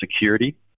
security